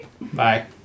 Bye